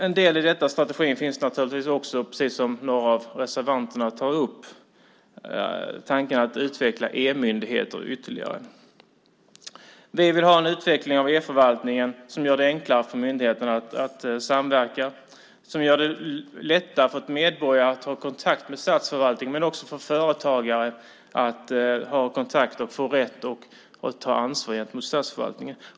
En del i denna strategi är naturligtvis, precis som några av reservanterna tar upp, tanken att utveckla e-myndigheter ytterligare. Vi vill ha en utveckling av e-förvaltningen som gör det enklare för myndigheterna att samverka och som gör det lättare för medborgare att ta kontakt med statsförvaltningen men också för företagare att ha kontakter och få rätt att ta ansvar gentemot statsförvaltningen.